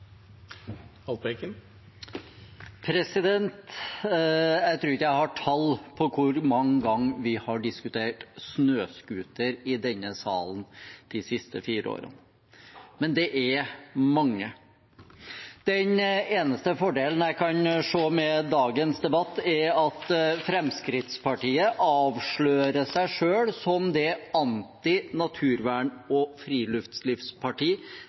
Jeg tror ikke jeg har tall på hvor mange ganger vi har diskutert snøscooter i denne salen de siste fire årene. Men det er mange. Den eneste fordelen jeg kan se med dagens debatt, er at Fremskrittspartiet avslører seg selv som det antinaturvern- og